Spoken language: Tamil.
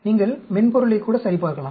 நீங்கள் மென்பொருள்களைக் கூட சரிபார்க்கலாம்